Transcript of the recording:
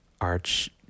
arch